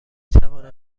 توانم